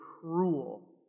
cruel